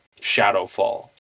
Shadowfall